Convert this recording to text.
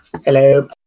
Hello